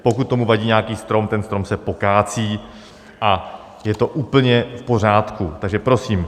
Pokud tomu vadí nějaký strom, ten strom se pokácí, a je to úplně v pořádku, takže prosím.